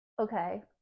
okay